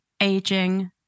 Aging